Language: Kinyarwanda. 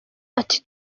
ati